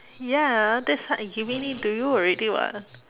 ya that's why I given it to you already [what]